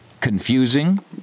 Confusing